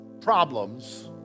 problems